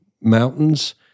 mountains